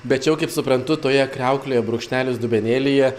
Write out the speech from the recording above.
bet čia jau kaip suprantu toje kriauklėje brūkšnelis dubenėlyje